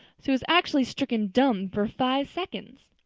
she was actually stricken dumb for five seconds.